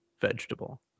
vegetable